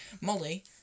Molly